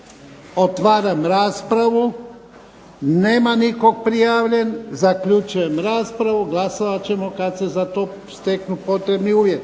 Otvaram raspravu. Nema nitko prijavljen. Zaključujem raspravu. Glasovat ćemo kad se za to steknu potrebni uvjeti.